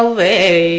so they